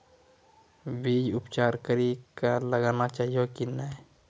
बीज उपचार कड़ी कऽ लगाना चाहिए कि नैय?